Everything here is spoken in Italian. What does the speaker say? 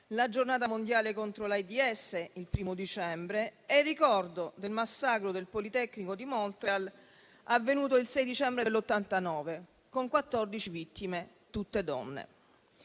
la Giornata mondiale contro l'AIDS, il 1° dicembre, e per il ricordo del massacro del Politecnico di Montreal, avvenuto il 6 dicembre 1989, con 14 vittime, tutte donne.